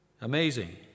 Amazing